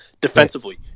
defensively